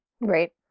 right